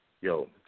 yo